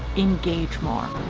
engage more.